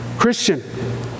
Christian